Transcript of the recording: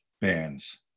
bands